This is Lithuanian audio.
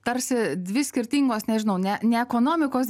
tarsi dvi skirtingos nežinau ne ne ekonomikos